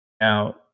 now